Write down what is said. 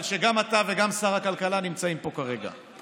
שגם אתה וגם שר הכלכלה נמצאים פה כרגע.